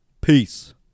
peace